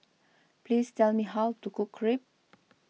please tell me how to cook Crepe